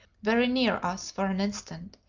very near us for an instant,